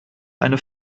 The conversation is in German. eine